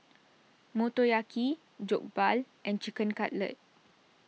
Motoyaki Jokbal and Chicken Cutlet